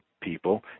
people